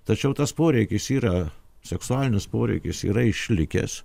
tačiau tas poreikis yra seksualinis poreikis yra išlikęs